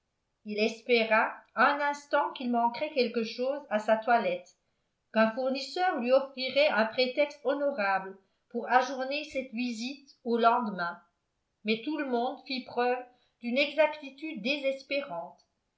il espéra un instant qu'il manquerait quelque chose à sa toilette qu'un fournisseur lui offrirait un prétexte honorable pour ajourner cette visite au lendemain mais tout le monde fit preuve d'une exactitude désespérante